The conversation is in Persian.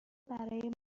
برای